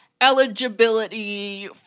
Eligibility